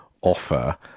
offer